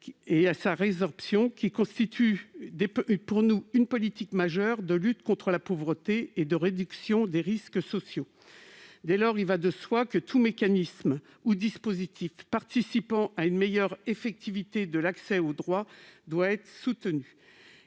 Sa résorption constitue à nos yeux une politique majeure de lutte contre la pauvreté et de réduction des risques sociaux. Dès lors, il va de soi que tout mécanisme ou dispositif qui participe d'une meilleure effectivité de l'accès aux droits doit être soutenu.